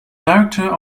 director